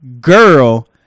girl